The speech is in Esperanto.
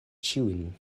ĉiujn